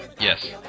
Yes